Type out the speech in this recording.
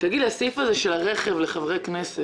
תגיד לי, הסעיף הזה של הרכב לחברי כנסת